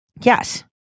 Yes